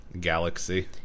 galaxy